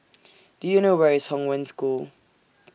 Do YOU know Where IS Hong Wen School